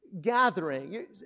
gathering